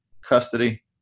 custody